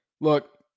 look